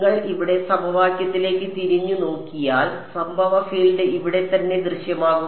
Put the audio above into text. നിങ്ങൾ ഇവിടെ സമവാക്യത്തിലേക്ക് തിരിഞ്ഞുനോക്കിയാൽ സംഭവ ഫീൽഡ് ഇവിടെത്തന്നെ ദൃശ്യമാകും